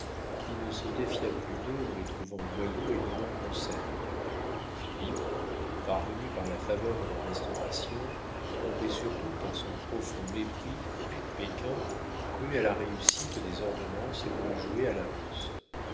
qui ne se défia plus d'eux en les trouvant loyaux et de bon conseil philippe parvenu par la faveur de la restauration trompé surtout par son profond mépris pour les péquins crut à la réussite des ordonnances et voulut jouer à la